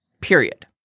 period